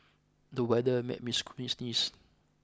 the weather made me squeeze sneeze